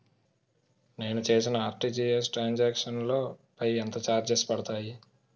నేను చేసిన RTGS transaction లో పై ఎంత చార్జెస్ పడతాయి?